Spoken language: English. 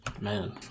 Man